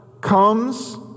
comes